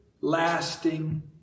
lasting